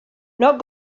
not